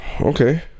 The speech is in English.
okay